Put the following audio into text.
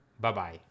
Bye-bye